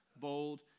bold